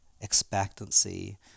expectancy